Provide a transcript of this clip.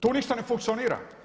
Tu ništa ne funkcionira.